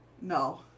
No